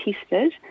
tested